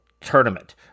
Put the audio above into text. tournament